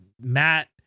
Matt